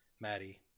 Maddie